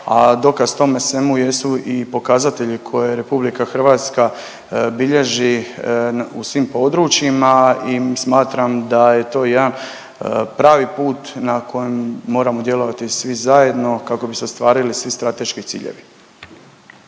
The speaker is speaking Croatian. dokaz tomu svemu jesu i pokazatelji koje RH bilježi u svim područjima i smatram da je to jedan pravi put nakon moramo djelovati svi zajedno kako bi se ostvarili svi strateški ciljevi.